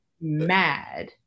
mad